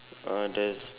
uh there's